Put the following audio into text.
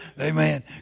Amen